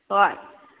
ꯍꯣꯏ